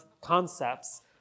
concepts